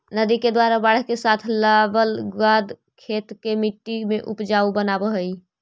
नदि के द्वारा बाढ़ के साथ लावल गाद खेत के मट्टी के ऊपजाऊ बनाबऽ हई